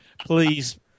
please